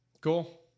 cool